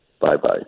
Bye-bye